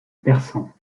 persan